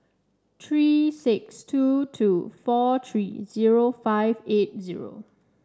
three six two two four three zero five eight zero